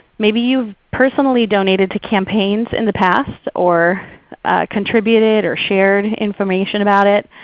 maybe you've personally donated to campaigns in the past or contributed or shared information about it.